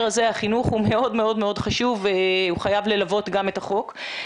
הזה החינוך מאוד מאוד חשוב והוא חייב ללוות גם את החוק.